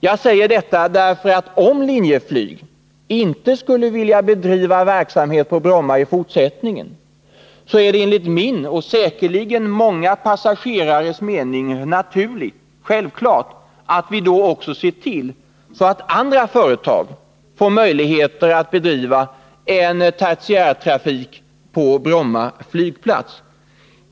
Jag säger detta därför att om Linjeflyg inte skulle vilja bedriva verksamhet på Bromma i fortsättningen, är det enligt min och säkerligen många passagerares mening naturligt och självklart att vi ser till att andra företag får möjligheter att bedriva en tertiärtrafik på Bromma flygplats.